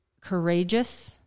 courageous